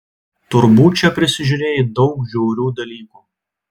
turbūt čia prisižiūrėjai daug žiaurių dalykų